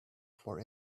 for